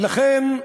ולכן,